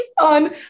on